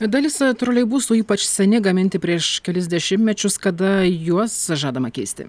dalis troleibusų ypač seni gaminti prieš kelis dešimtmečius kada juos žadama keisti